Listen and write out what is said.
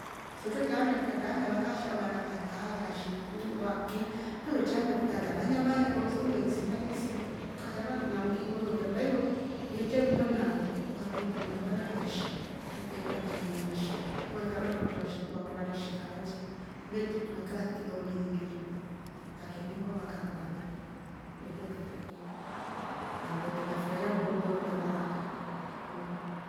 So twretaamia trukatraamia vakasha vana vataa vasheku vaki truvetraaamia tukala manyama yoose umbe nsima ye sia trukala na uki we lolya mmbaiyohi yetre namna fo ukatrumbua maruva alya maishi ukeera na nyama mbishi we kamatra kwetre vasheku vako vatrashe kaa alya nsha ve trikiwa kaa kilo mbili. mbili. mbili va keniingwa vakakora veni, ndo kwetu tupo hivyo na tuna furahia na nndo twe kolya baraka.